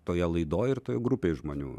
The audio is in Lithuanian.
toje laidoj ir toj grupėj žmonių